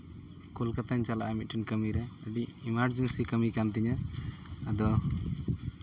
ᱠᱳᱞᱠᱟᱛᱟᱧ ᱪᱟᱞᱟᱜᱼᱟ ᱢᱤᱫᱴᱮᱱ ᱠᱟᱹᱢᱤᱨᱮ ᱟᱹᱰᱤ ᱮᱢᱟᱨᱡᱮᱱᱥᱤ ᱠᱟᱹᱢᱤ ᱠᱟᱱ ᱛᱤᱧᱟᱹ ᱟᱫᱚ